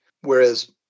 Whereas